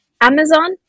Amazon